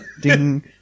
ding